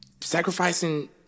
sacrificing